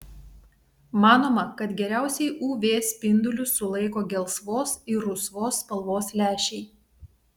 manoma kad geriausiai uv spindulius sulaiko gelsvos ir rusvos spalvos lęšiai